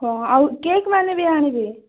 ହଁ ଆଉ କେକ୍ ମାନେ ବି ଆଣିବେ